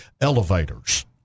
elevators